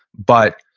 but